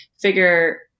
figure